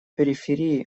периферии